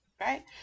right